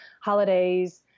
holidays